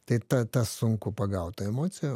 tai tą tą sunku pagaut tą emociją